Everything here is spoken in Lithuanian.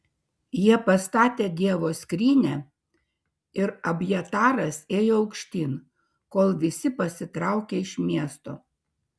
jie pastatė dievo skrynią ir abjataras ėjo aukštyn kol visi pasitraukė iš miesto